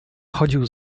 chodził